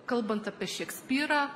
kalbant apie šekspyrą